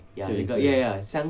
对对